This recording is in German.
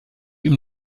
ihm